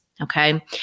okay